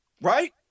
Right